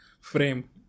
frame